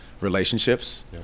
relationships